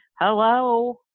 Hello